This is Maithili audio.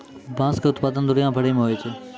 बाँस के उत्पादन दुनिया भरि मे होय छै